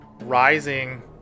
rising